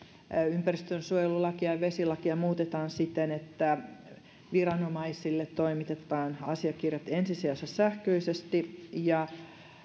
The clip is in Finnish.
ympäristönsuojelulakia ja vesilakia muutetaan siten että viranomaisille toimitetaan asiakirjat ensi sijassa sähköisesti ja